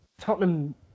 Tottenham